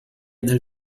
del